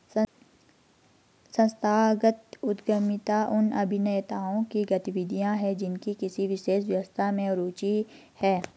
संस्थागत उद्यमिता उन अभिनेताओं की गतिविधियाँ हैं जिनकी किसी विशेष व्यवस्था में रुचि है